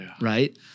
Right